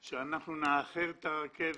הוא שאנחנו נאחר את הרכבת.